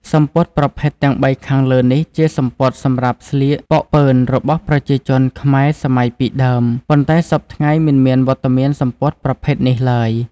សំពត់ប្រភេទទាំងបីខាងលើនេះ ជាសំពត់សម្រាប់ស្លៀកប៉ុកប៉ឺនរបស់ប្រជាជនខ្មែរសម័យពីដើម ប៉ុន្តែសព្វថ្ងៃមិនមានវត្តមានសំពត់ប្រភេទនេះឡើយ។